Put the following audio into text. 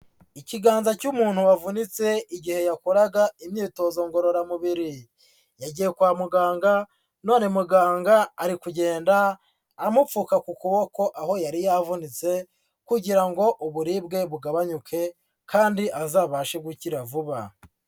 Ikiganza cy'umuntu wavunitse igihe yakoraga imyitozo ngororamubiri, yagiye kwa muganga none muganga ari kugenda amupfuka ku kuboko aho yari yavunitse, kugira ngo uburibwe bugabanyuke kandi azabashe gukira vuba.